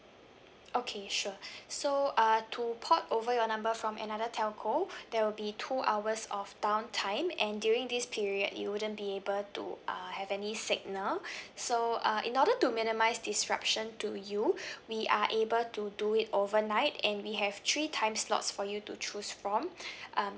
okay sure so uh to port over your number from another telco there will be two hours of downtime and during this period you wouldn't be able to uh have any signal so uh in order to minimise disruption to you we are able to do it overnight and we have three time slots for you to choose from um